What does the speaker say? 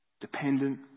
Dependent